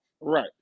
right